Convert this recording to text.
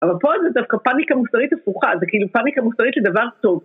אבל פה זה דווקא פאניקה מוסרית הפוכה, זה כאילו פאניקה מוסרית לדבר טוב.